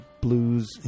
blues